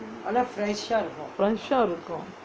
fresh ah இருக்கும்:irukkum